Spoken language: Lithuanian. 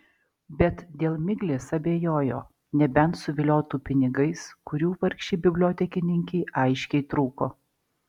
bet dėl miglės abejojo nebent suviliotų pinigais kurių vargšei bibliotekininkei aiškiai trūko